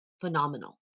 phenomenal